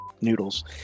noodles